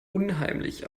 unheimlich